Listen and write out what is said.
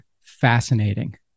fascinating